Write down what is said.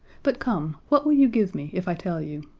but come, what will you give me if i tell you?